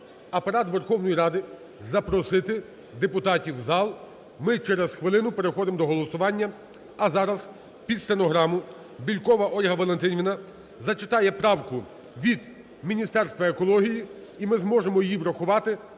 Апарат Верховної Ради запросити депутатів в зал, ми через хвилину переходимо до голосування. А зараз під стенограму Бєлькова Ольга Валентинівна зачитає правку від Міністерства екології і ми зможемо її врахувати,